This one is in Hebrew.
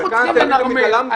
אנחנו צריכים לנרמל,